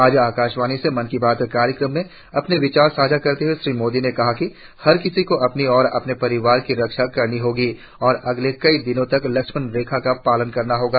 आज आकाशवाणी से मन की बात कार्यक्रम में अपने विचार साझा करते हुए श्री मोदी ने कहा कि हर किसी को अपनी और अपने परिवार की रक्षा करनी होगी और अगले कई दिनों तक लक्ष्मण रेखा का पालन करना होगा